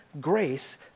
grace